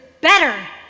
better